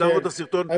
עצרנו את הסרטון.